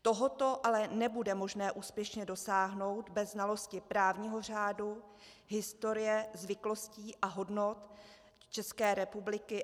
Toho ale nebude možné úspěšně dosáhnout bez znalosti právního řádu, historie, zvyklostí a hodnot České republiky.